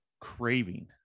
Craving